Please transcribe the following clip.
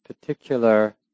particular